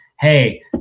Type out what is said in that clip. Hey